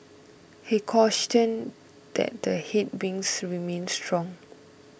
he cautioned that the headwinds remain strong